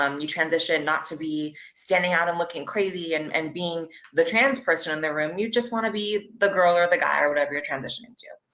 um you transition not to be standing out and looking crazy and and being the trans person in the room you just want to be the girl or the guy or whatever you're transitioning to.